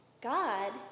God